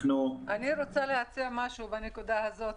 אני רוצה להציע משהו בנקודה הזאת.